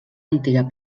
antiga